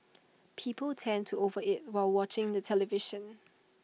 people tend to over eat while watching the television